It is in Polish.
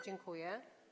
Dziękuję.